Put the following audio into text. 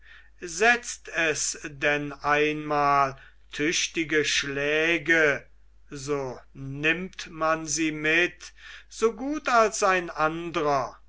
setzt es denn einmal tüchtige schläge so nimmt man sie mit so gut als ein andrer